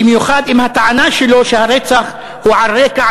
במיוחד אם הטענה שלו היא שהרצח הוא על רקע